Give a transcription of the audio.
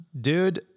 dude